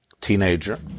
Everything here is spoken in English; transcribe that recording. teenager